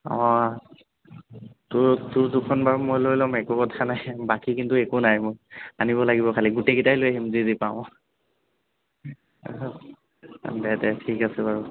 অঁ তোৰ তোৰ দুখন বাৰু মই লৈ ল'ম একো কথা নাই বাকী কিন্তু একো নাই মোৰ আনিব লাগিব গোটেইকিটাই লৈ আহিম যি যি পাওঁ দে দে ঠিক আছে বাৰু